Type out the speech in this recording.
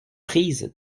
prise